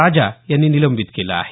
राजा यांनी निलंबित केलं आहे